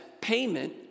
payment